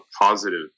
positive